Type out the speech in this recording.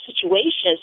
situations